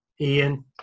Ian